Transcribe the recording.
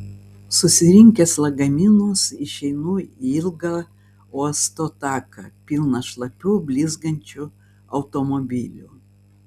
susirinkęs lagaminus išeinu į ilgą uosto taką pilną šlapių blizgančių automobilių